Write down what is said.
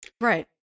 Right